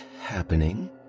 happening